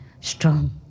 strong